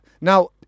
Now